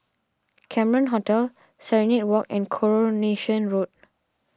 Cameron Hotel Serenade Walk and Coronation Road